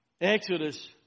Exodus